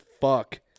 fuck